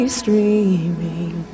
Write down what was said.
streaming